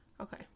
okay